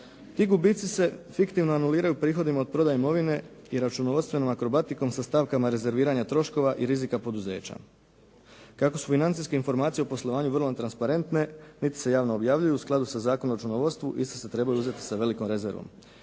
Ti gubici se fiktivno anuliraju prihodima od prodaje imovine i računovodstvenom akrobatikom sa stavkama rezerviranja troškova i rizika poduzeća. Kako su financijske informacije u poslovanju vrlo transparentne niti se javno objavljuju u skladu sa Zakonom o računovodstvu iste se trebaju uzeti sa velikom rezervom.